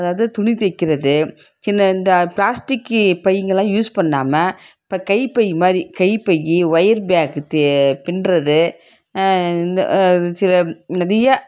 அதாவது துணி தைக்கிறது சின்ன இந்த ப்ளாஸ்டிக் பைகள்லாம் யூஸ் பண்ணாமல் இப்போ கை பை மாதிரி கை பை ஒயர் பேக் பின்னுறது இந்த சில நிறையா